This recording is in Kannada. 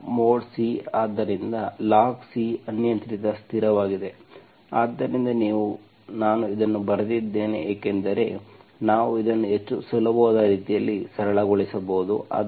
ಲಾಗ್ ಮಾಡ್ C ಆದ್ದರಿಂದ ಲಾಗ್ C ಅನಿಯಂತ್ರಿತ ಸ್ಥಿರವಾಗಿದೆ ಆದ್ದರಿಂದ ನೀವು ನಾನು ಇದನ್ನು ಬರೆದಿದ್ದೇನೆ ಏಕೆಂದರೆ ನಾವು ಇದನ್ನು ಹೆಚ್ಚು ಸುಲಭವಾದ ರೀತಿಯಲ್ಲಿ ಸರಳಗೊಳಿಸಬಹುದು